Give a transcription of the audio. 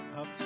up